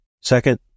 Second